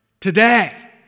today